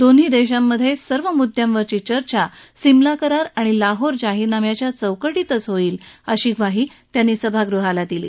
दोन्ही देशाच्या सर्व मुद्याद्विची चर्चा सिमला करार आणि लाहोर जाहीरनाम्याच्या चौकटीतच केली जाईल अशी ग्वाही त्याप्ती सभागृहाला दिली